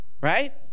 Right